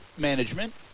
Management